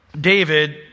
David